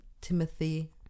Timothy